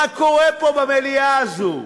מה קורה פה במליאה הזו.